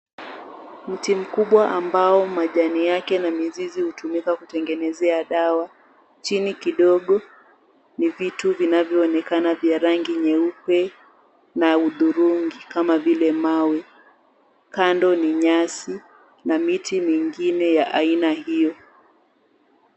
Mti mkubwa ambao majani yake na mizizi hutumika kutengenezea dawa, chini kidogo ni vitu vinavyoonekana vya rangi nyeupe na hudhurungi kama vile mawe. Kando ni nyasi na miti mingine ya aina hiyo.